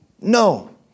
No